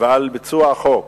ועל ביצוע החוק,